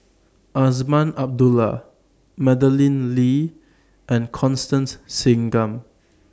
Azman Abdullah Madeleine Lee and Constance Singam